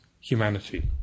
humanity